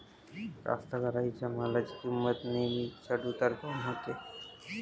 कास्तकाराइच्या मालाची किंमत नेहमी चढ उतार काऊन होते?